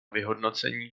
vyhodnocení